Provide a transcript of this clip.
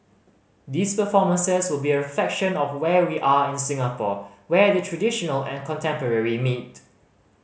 these performances will be a reflection of where we are in Singapore where the traditional and contemporary meet